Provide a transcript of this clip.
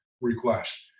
request